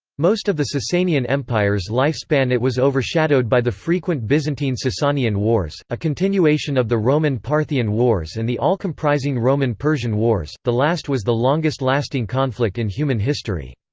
most of the sassanian empire's lifespan it was overshadowed by the frequent byzantine-sasanian wars, a continuation of the roman-parthian wars and the all-comprising roman-persian wars the last was the longest-lasting conflict in human history.